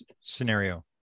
Scenario